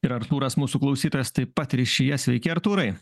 ir artūras mūsų klausytojas taip pat ryšyje sveiki artūrai